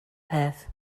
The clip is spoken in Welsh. peth